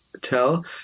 tell